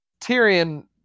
Tyrion